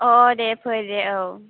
औ दे फै दे औ